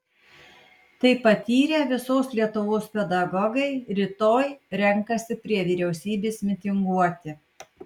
tai patyrę visos lietuvos pedagogai rytoj renkasi prie vyriausybės mitinguoti